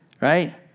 right